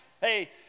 Hey